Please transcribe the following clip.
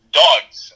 dogs